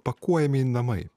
pakuojami namai